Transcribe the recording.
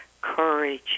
courage